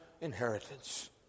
inheritance